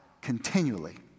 continually